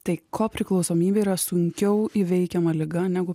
tai kopriklausomybė yra sunkiau įveikiama liga negu